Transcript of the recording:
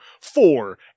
four